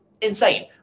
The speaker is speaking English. insane